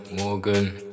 Morgan